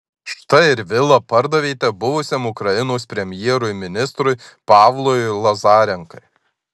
štai ir vilą pardavėte buvusiam ukrainos premjerui ministrui pavlui lazarenkai